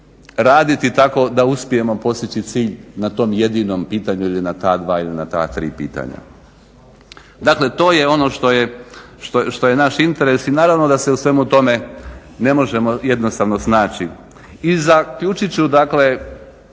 raditi tako da uspijemo postići cilj na tom jedinom pitanju ili na ta dva, ili na ta tri pitanja. Dakle, to je ono što je naš interes i naravno da se u svemu tome ne možemo jednostavno snaći. I zaključit ću dakle